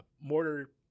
mortar